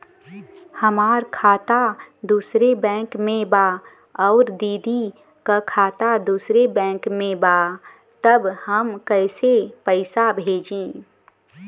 हमार खाता दूसरे बैंक में बा अउर दीदी का खाता दूसरे बैंक में बा तब हम कैसे पैसा भेजी?